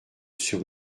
sur